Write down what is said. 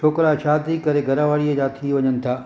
छोकिरा शादी करे घर वारीअ जा थी वञनि था